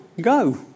go